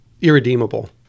Irredeemable